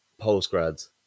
postgrads